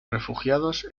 refugiados